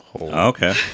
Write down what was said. Okay